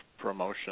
promotion